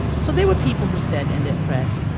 so there were people who said, and at press,